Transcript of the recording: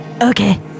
Okay